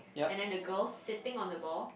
and then the girl sitting on the ball